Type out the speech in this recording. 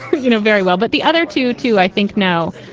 you know, very well. but the other two, too, i think. no.